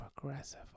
Progressive